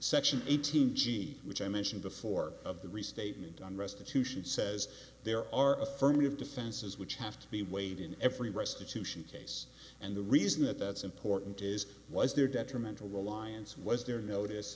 section eighteen g which i mentioned before of the restatement on restitution says there are affirmative defenses which have to be weighed in every restitution case and the reason that that's important is was there detrimental reliance was there notice